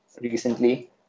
recently